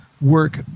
work